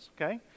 okay